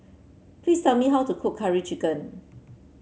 please tell me how to cook Curry Chicken